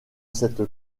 cette